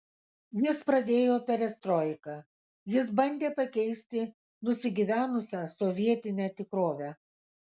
jis pradėjo perestroiką jis bandė pakeisti nusigyvenusią sovietinę tikrovę